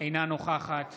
אינה נוכחת